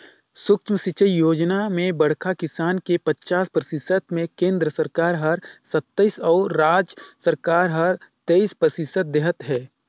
सुक्ष्म सिंचई योजना म बड़खा किसान के पचास परतिसत मे केन्द्र सरकार हर सत्तइस अउ राज सरकार हर तेइस परतिसत देहत है